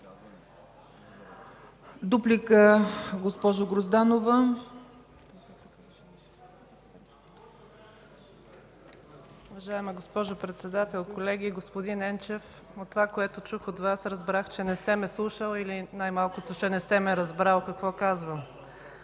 ДЖЕМА ГРОЗДАНОВА (ГЕРБ): Уважаема госпожо Председател, колеги! Господин Енчев, от това, което чух от Вас, разбрах, че не сте ме слушал или най-малко, че не сте ме разбрали какво казвам.